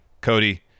Cody